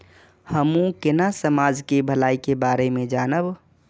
हमू केना समाज के भलाई के बारे में जानब?